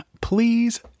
please